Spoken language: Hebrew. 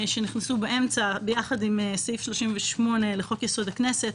שנכנסו באמצע יחד עם סעיף 38 לחוק יסוד: הכנסת,